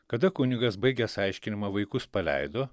kada kunigas baigęs aiškinimą vaikus paleido